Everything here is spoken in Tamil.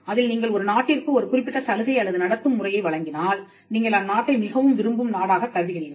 அதில் நீங்கள் ஒரு நாட்டிற்கு ஒரு குறிப்பிட்ட சலுகை அல்லது நடத்தும் முறையை வழங்கினால் நீங்கள் அந்நாட்டை மிகவும் விரும்பும் நாடாகக் கருதுகிறீர்கள்